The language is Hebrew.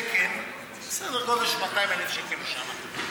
תקן הוא סדר גודל של 200,000 שקל לשנה,